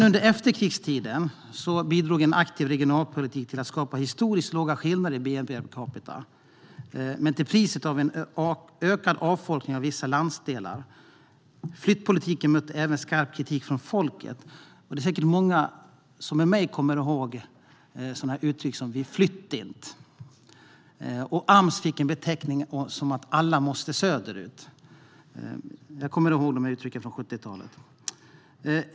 Under efterkrigstiden bidrog en aktiv regionalpolitik till att skapa historiskt låga skillnader i bnp per capita, men till priset av en ökad avfolkning av vissa landsdelar. Flyttpolitiken mötte även skarp kritik från folket. Det är säkert många som med mig kommer ihåg uttryck som "vi flytt int". Ams fick uttydningen "alla måste söderut". Jag kommer ihåg dessa uttryck från 70-talet.